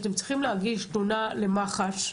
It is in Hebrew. שאתם צריכים להגיש תלונה למח"ש,